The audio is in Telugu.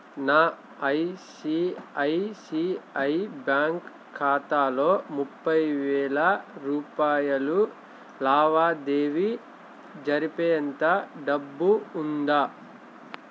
నా ఐసీఐసీఐ బ్యాంక్ ఖాతాలో ముప్పై వేల రూపాయలు లావాదేవీ జరిపేంత డబ్బు ఉందా